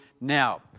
now